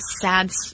sad